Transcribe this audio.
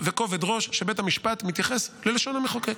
וכובד ראש שבית המשפט מתייחס ללשון המחוקק.